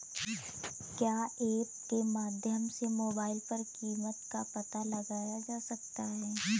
क्या ऐप के माध्यम से मोबाइल पर कीमत का पता लगाया जा सकता है?